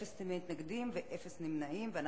מתנגדים, אין, נמנעים, אין.